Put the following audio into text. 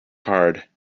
card